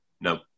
no